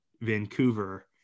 Vancouver